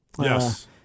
Yes